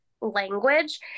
language